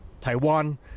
Taiwan